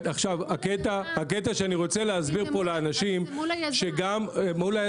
הקטע שאני רוצה להסביר פה לאנשים שגם --- זה מול היזם,